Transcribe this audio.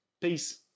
Peace